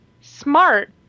smart